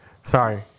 Sorry